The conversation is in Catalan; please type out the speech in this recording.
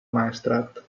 maestrat